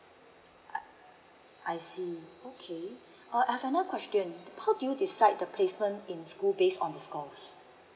err I see okay ah I have another question um how you decide the placement in school based on his course